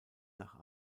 nach